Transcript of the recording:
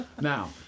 Now